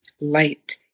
light